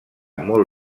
molt